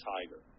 Tiger